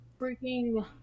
freaking